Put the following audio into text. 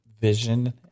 vision